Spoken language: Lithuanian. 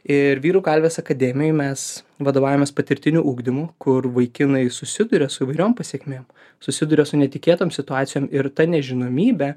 ir vyrų kalvės akademijoj mes vadovaujamės patirtiniu ugdymu kur vaikinai susiduria su įvairiom pasekmėm susiduria su netikėtom situacijom ir ta nežinomybė